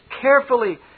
carefully